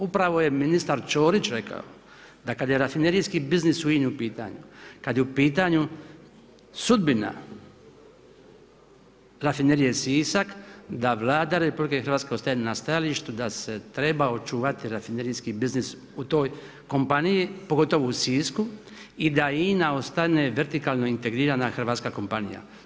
Upravo je ministar Ćorić rekao da kada je rafinerijski biznis u INA-i u pitanju, kada je u pitanju sudbina Rafinerije Sisak, da Vlada RH ostaje na stajalištu da se treba očuvati rafinerijski biznis u toj kompaniji, pogotovo u Sisku i da INA ostane vertikalno integrirana hrvatska kompanija.